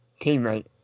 teammate